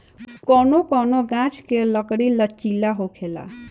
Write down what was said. कौनो कौनो गाच्छ के लकड़ी लचीला होखेला